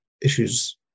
issues